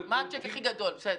בסדר.